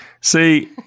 See